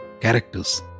characters